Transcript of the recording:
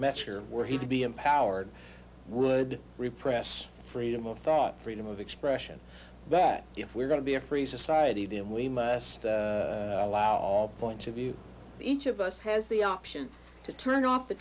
mecir were he to be empowered would repress freedom of thought freedom of expression that if we're going to be a free society then we must allow all points of view each of us has the option to turn off the